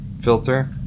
filter